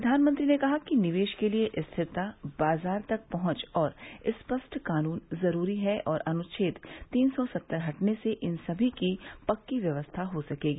प्रधानमंत्री ने कहा कि निवेश के लिए स्थिरता बाजार तक पहुंच और स्पष्ट कानून जरूरी हैं और अनुच्छेद तीन सौ सत्तर हटने से इन सभी की पक्की व्यवस्था हो सकेगी